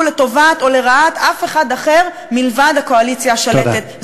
לטובת או לרעת אף אחד אחר מלבד הקואליציה השלטת.